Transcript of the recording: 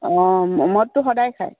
অঁ ম মদটো সদায় খায়